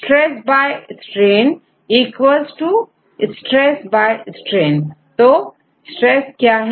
stress by strain equal to stress by strain तो stress क्या है